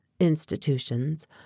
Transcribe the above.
institutions